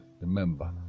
remember